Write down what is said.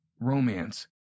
romance